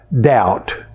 doubt